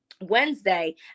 Wednesday